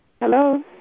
Hello